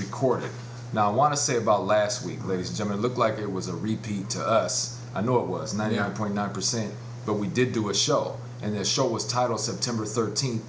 recorded now i want to say about last week ladies gemma looked like it was a repeat i know it was ninety nine point nine percent but we did do a show and this show was titled september thirteenth